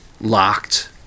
locked